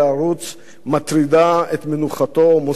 מטרידה את מנוחתו או מוסיפה לו נחת?